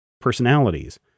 personalities